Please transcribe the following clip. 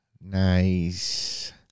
Nice